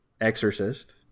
Exorcist